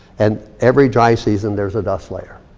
and every dry season, there's a dust layer.